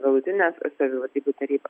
galutines savivaldybių tarybas